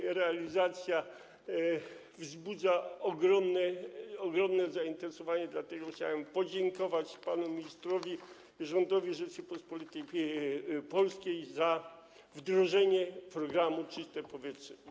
Jego realizacja wzbudza ogromne zainteresowanie, dlatego chciałem podziękować panu ministrowi i rządowi Rzeczypospolitej Polskiej za wdrożenie programu „Czyste powietrze”